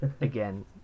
Again